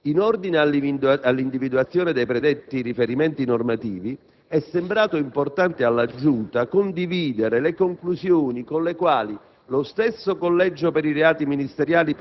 del 1994. In ordine all'individuazione dei predetti riferimenti normativi, è sembrato importante alla Giunta condividere le diverse conclusioni alle quali